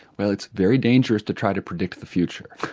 well it's very dangerous to try to predict the future.